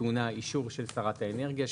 טעונה אישור של שרת האנרגיה,